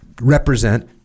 represent